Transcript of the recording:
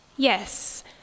Yes